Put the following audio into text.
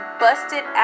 busted